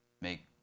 make